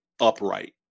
upright